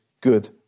good